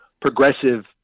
progressive